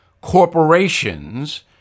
corporations